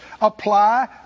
apply